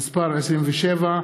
(מס' 27)